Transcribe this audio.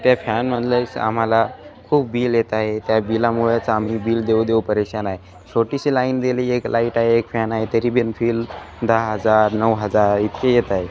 त्या फॅनमधलेच आम्हाला खूप बिल येत आहे त्या बिलामुळेच आम्ही बिल देऊ देऊ परेशान आहे छोटीशी लाईन दिली एक लाईट आहे एक फॅन आहे तरी बिनफिल दहा हजार नऊ हजार इतकं येत आहे